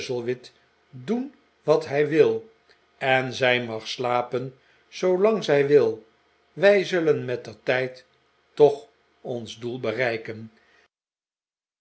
chuzzlewit dben wat hij wil en zij mag slapen zoolang zij wil wij zullen mettertijd toch ons doel bereiken